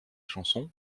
chansons